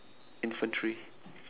infantry